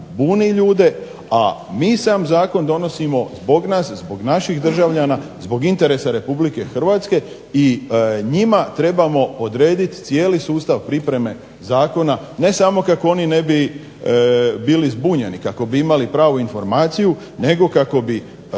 buni ljude, a mi sam zakon donosimo zbog nas, zbog naših državljana, zbog interesa RH i njima trebamo odrediti cijeli sustav pripreme zakona, ne samo kako oni ne bi bili zbunjeni, kako bi imali pravu informaciju, nego kako bi